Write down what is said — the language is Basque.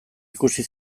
ikusi